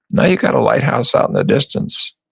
now you've got a lighthouse out in the distance.